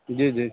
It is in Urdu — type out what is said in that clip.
جی جی